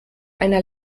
einer